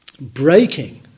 breaking